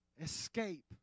escape